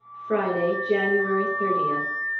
friday, january thirtieth.